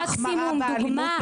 מקסימום דוגמה,